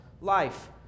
life